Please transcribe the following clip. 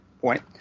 point